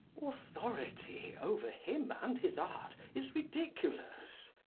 authority over him and his art is ridiculous.